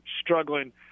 struggling